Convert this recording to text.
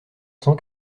cent